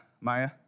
Maya